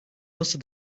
nasıl